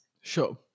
Sure